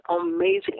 amazing